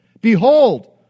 Behold